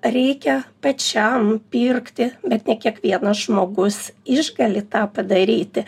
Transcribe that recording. reikia pačiam pirkti bet ne kiekvienas žmogus išgali tą padaryti